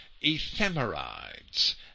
ephemerides